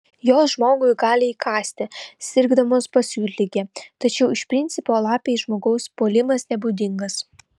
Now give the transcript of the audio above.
jos žmogui gali įkasti sirgdamos pasiutlige tačiau iš principo lapei žmogaus puolimas nebūdingas